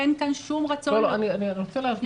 אין כאן שום רצון --- אני רוצה להבין.